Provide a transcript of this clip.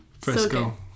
fresco